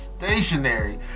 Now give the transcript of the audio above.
stationary